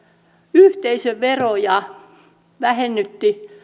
yhteisöveroja vähensi